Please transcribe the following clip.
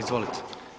Izvolite.